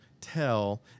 tell